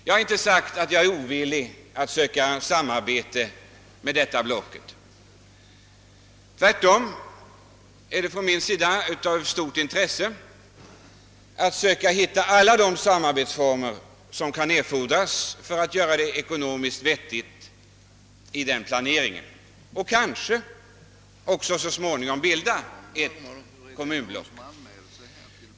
Jag har inte sagt att jag är ovillig att söka samarbete med detta block — tvärtom hyser jag ett stort intresse för att söka finna de samarbetsformer som kan erfordras för att göra den ekonomiska planeringen vettig och för att kanske så småningom även kunna bilda ett kommunblock.